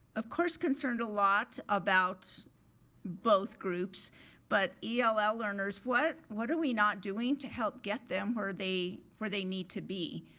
of course, concerned a lot about both groups but ell ell learners, what what are we not doing to help get them where where they need to be?